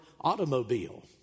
automobile